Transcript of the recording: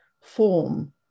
form